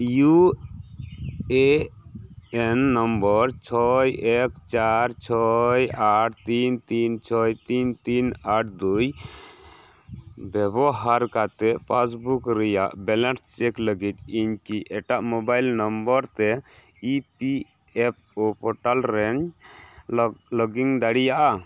U A N number ᱪᱷᱚᱭ ᱮᱠ ᱪᱟᱨ ᱪᱷᱚᱭ ᱟᱴ ᱛᱤᱱ ᱛᱤᱱ ᱪᱷᱚᱭ ᱛᱤᱱ ᱛᱤᱱ ᱟᱴ ᱫᱩᱭ ᱵᱮᱵᱚᱦᱟᱨ ᱠᱟᱛᱮᱫ ᱯᱟᱥᱵᱩᱠ ᱨᱮᱭᱟᱜ ᱵᱮᱞᱮᱱᱥ ᱪᱮᱠ ᱞᱟᱹᱜᱤᱫ ᱤᱧ ᱠᱤ ᱮᱴᱟᱜ ᱢᱳᱵᱟᱭᱤᱞ ᱱᱚᱢᱵᱚᱨ ᱛᱮ E P F O portal ᱨᱮᱧ ᱞᱚᱜᱤᱱ ᱫᱟᱲᱮᱭᱟᱜᱼᱟ